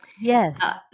Yes